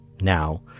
now